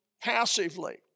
passively